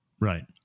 Right